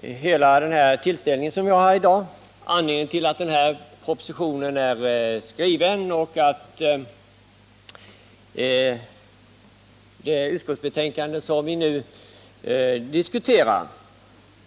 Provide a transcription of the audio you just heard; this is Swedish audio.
i några ord hela den tillställning som vi i dag har och anledningen till att den proposition är skriven som behandlas i det föreliggande utskottsbetänkandet.